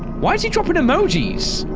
why is he dropping emojis?